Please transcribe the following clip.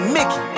Mickey